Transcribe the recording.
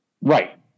Right